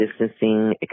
distancing